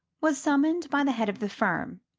was summoned by the head of the firm.